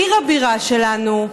עיר הבירה שלנו,